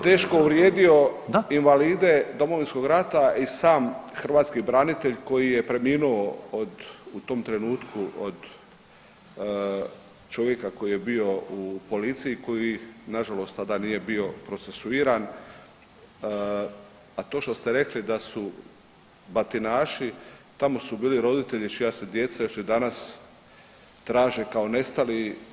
teško uvrijedio invalide Domovinskog rata i sam hrvatski branitelj koji je preminuo od, u tom trenutku, od čovjeka koji je bio u policiji koji nažalost tada nije bio procesuiran, a to što ste rekli da su batinaši, tamo su bili roditelji čija se djeca još i danas traže kao nestali.